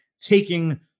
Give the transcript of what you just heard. taking